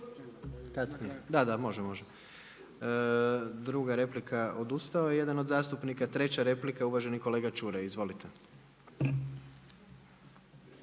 da, da, može, može. Druga replika, odustao jedan od zastupnika, treća replika uvaženi kolega Čuraj. Izvolite.